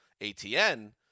ATN